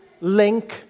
link